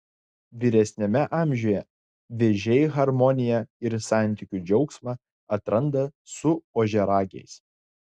vyresniame amžiuje vėžiai harmoniją ir santykių džiaugsmą atranda su ožiaragiais